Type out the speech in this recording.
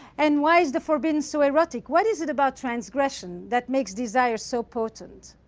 and why is the forbidden so erotic? what is it about transgression that makes desire so potent?